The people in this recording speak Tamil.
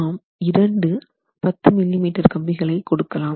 நாம் 2 10 மில்லி மீட்டர் கம்பிகளை கொடுக்கலாம்